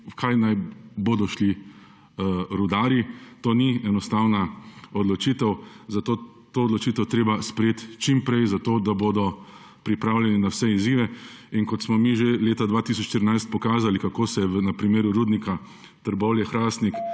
V kaj bodo šli rudarji? To ni enostavna odločitev, zato je to odločitev treba sprejeti čim prej, da bodo pripravljeni na vse izzive. In kot smo mi že leta 2014 pokazali, kako se na primeru Rudnika Trbovlje-Hrastnik